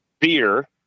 beer